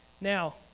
Now